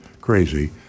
crazy